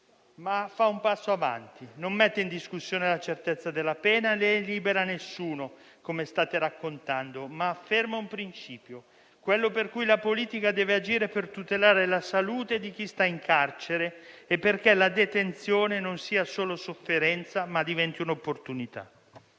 ma fa un passo avanti: non mette in discussione la certezza della pena, né libera nessuno, come state raccontando, ma afferma un principio, quello per cui la politica deve agire per tutelare la salute di chi sta in carcere e perché la detenzione non sia solo sofferenza, ma diventi un'opportunità.